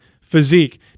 physique